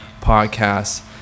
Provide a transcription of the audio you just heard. podcasts